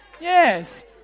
Yes